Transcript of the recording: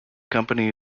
company